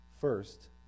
First